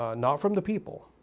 ah not from the people,